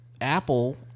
Apple